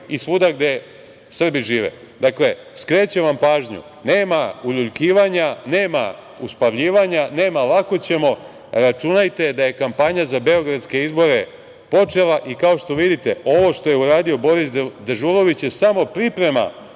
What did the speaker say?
i svuda gde Srbi žive. Dakle, skrećem vam pažnju, nema uljuljkivanja, nema uspavljivanja, nema – lako ćemo, računajte da je kampanja za beogradske izbore počela i kao što vidite ovo što je uradio Boris Dežulović je samo priprema